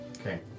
Okay